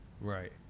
Right